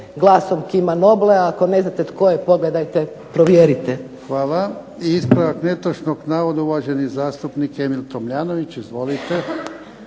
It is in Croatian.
glasom Kima Noble, ako ne znate tko je, pogledajte, provjerite. **Jarnjak, Ivan (HDZ)** Hvala. I ispravak netočnog navoda, uvaženi zastupnik Emil Tomljanović. Izvolite.